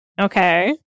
Okay